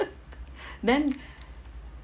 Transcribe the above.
then